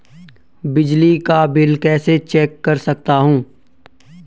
बिजली का बिल कैसे चेक कर सकता हूँ?